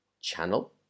Channel